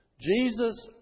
Jesus